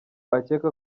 akeka